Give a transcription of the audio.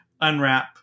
unwrap